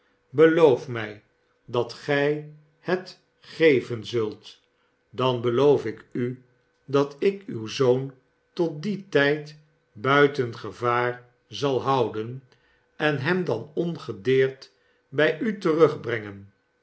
beloof mij dat gij het geven zult dan beloof i u dat ik uw zoon tot dien tijd buiten gevaar zal houden en hent dan ongedeerd bij u terugbrengen